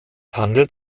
handelt